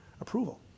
approval